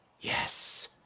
yes